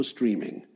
Streaming